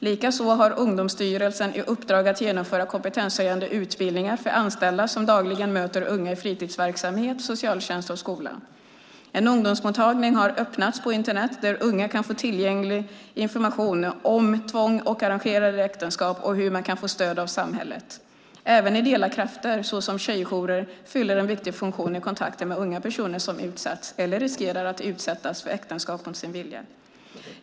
Likaså har Ungdomsstyrelsen i uppdrag att genomföra kompetenshöjande utbildningar för anställda som dagligen möter unga i fritidsverksamhet, socialtjänst och skola. En ungdomsmottagning har öppnats på Internet där unga kan få lättillgänglig information om tvångs och arrangerade äktenskap och hur man kan få stöd av samhället. Även ideella krafter, såsom tjejjourer, fyller en viktig funktion i kontakten med unga personer som utsatts, eller riskerar att utsättas, för äktenskap mot sin vilja.